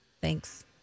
Thanks